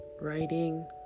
writing